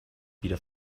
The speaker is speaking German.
wieder